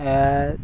ਐ